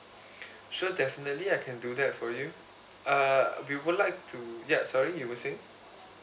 sure definitely I can do that for you uh we would like to ya sorry you were saying